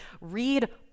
Read